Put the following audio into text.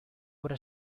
obra